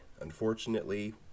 Unfortunately